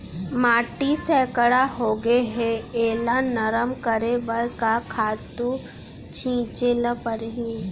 माटी सैकड़ा होगे है एला नरम करे बर का खातू छिंचे ल परहि?